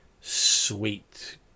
sweet